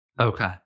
okay